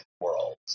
worlds